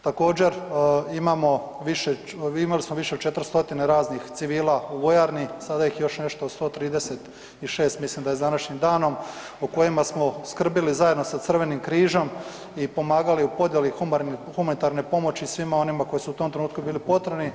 Također imali smo više od 400 raznih civila u vojarni, sada ih je još nešto 136 mislim da je s današnjim danom o kojima smo skrbili zajedno sa Crvenim križom i pomagali u podjeli humanitarne pomoći svima onima koji su u tom trenutku bili potrebni.